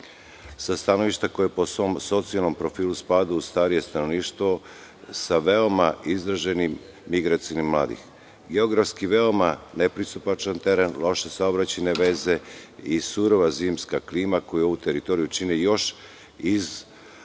sa stanovišta koje po svom socijalnom profilu spada u starije stanovništvo, sa veoma izraženom migracijom mladih. Geografski veoma nepristupačan teren, loše saobraćajne veze i surova zimska klima koja ovu teritoriju čine još izolovanijom